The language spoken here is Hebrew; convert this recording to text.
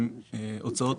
בנושא.